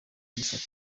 kuyifata